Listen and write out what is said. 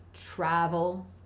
travel